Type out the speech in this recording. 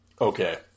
Okay